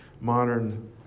modern